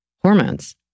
hormones